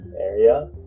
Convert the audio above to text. area